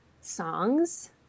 songs